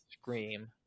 scream